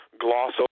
gloss